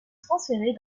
transférées